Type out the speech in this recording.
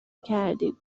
کردیم